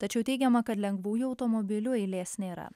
tačiau teigiama kad lengvųjų automobilių eilės nėra